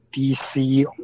dc